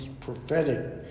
prophetic